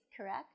correct